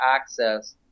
access